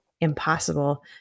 impossible